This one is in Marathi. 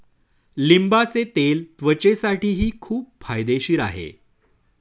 लिंबाचे तेल त्वचेसाठीही खूप फायदेशीर आहे